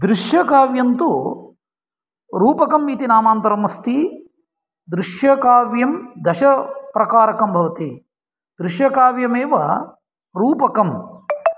दृश्यकाव्यं तु रूपकम् इति नामान्तरम् अस्ति दृश्यकाव्यं दशप्रकारकं भवति दृश्यकाव्यमेव रूपकं